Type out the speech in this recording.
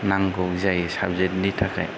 नांगौ जायो साबजेक्तनि थाखाय